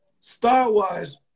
style-wise